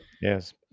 Yes